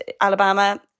Alabama